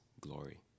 glory